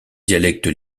dialectes